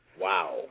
Wow